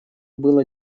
было